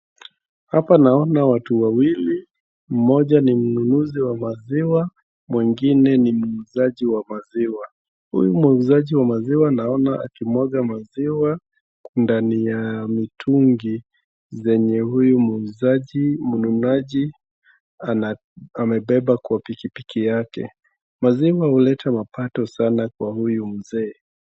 Hapa naona watu wawili, mmoja ni mnunuzi wa maziwa, mwengine ni muuzaji wa maziwa. Huyu muuzaji wa maziwa naona akimwaga maziwa ndani ya mitungi zenye huyu muuzaji, mnunuaji amebeba kwa pikipiki yake. Maziwa huleta mapato sana kwa huyu mzee.